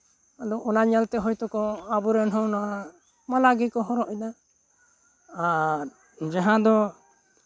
ᱟᱫᱚ ᱚᱱᱟ ᱧᱮᱞᱛᱮ ᱦᱳᱭ ᱛᱚᱠᱚ ᱟᱵᱚ ᱨᱮᱱ ᱦᱚᱸ ᱚᱱᱟ ᱢᱟᱞᱟ ᱜᱮᱠᱚ ᱦᱚᱨᱚᱜ ᱮᱫᱟ ᱟᱨ ᱡᱟᱦᱟᱸ ᱫᱚ